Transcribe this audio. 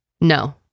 No